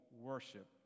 worship